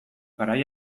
garai